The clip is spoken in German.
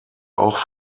auch